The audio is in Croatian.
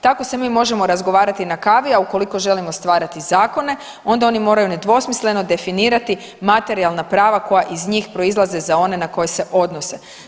Tako se mi možemo razgovarati na kavi, a ukoliko želimo stvarati zakone onda oni moraju nedvosmisleno definirati materijalna prava koja iz njih proizlaze za one na koje se odnose.